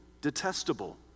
detestable